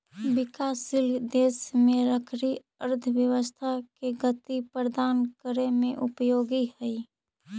विकासशील देश में लकड़ी अर्थव्यवस्था के गति प्रदान करे में उपयोगी हइ